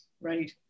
Right